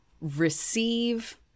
receive